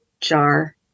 jar